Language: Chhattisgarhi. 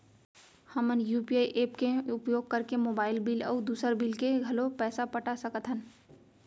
हमन यू.पी.आई एप के उपयोग करके मोबाइल बिल अऊ दुसर बिल के घलो पैसा पटा सकत हन